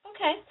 okay